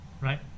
Right